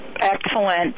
Excellent